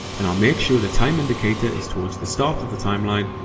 and i'll make sure the time indicator is towards the start of the timeline,